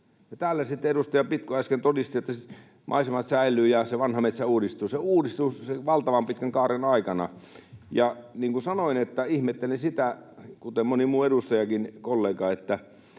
täällä sitten edustaja Pitko äsken todisti, että maisemat säilyvät ja se vanha metsä uudistuu. Se uudistuu valtavan pitkän kaaren aikana. Niin kuin sanoin, ihmettelin sitä — kuten moni muu edustajakin, kollega — että